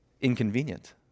inconvenient